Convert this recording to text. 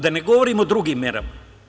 Da ne govorim o drugim merama.